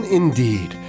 indeed